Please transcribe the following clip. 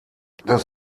das